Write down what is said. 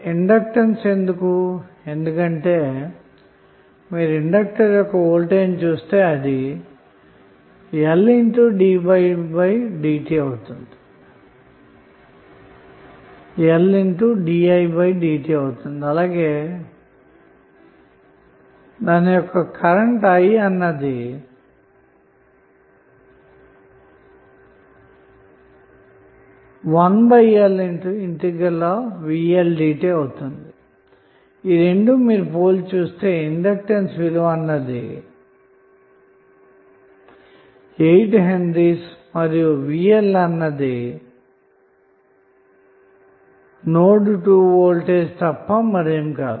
inductor ఎందుకంటె మీరు inductor యొక్క వోల్టేజ్ను చూస్తే అది అవుతుంది అలాగే దాని యొక్క కరెంటు i అన్నది 1L ఇంటిగ్రల్ dt అవుతుంది మీరు ఈరెండు పోల్చి చుస్తే ఇండక్టన్స్ విలువ 8H మరియు విలువ నోడ్ 2 వోల్టేజ్ తప్ప మరేమీ కాదు